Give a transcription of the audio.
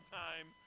time